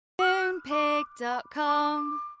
Moonpig.com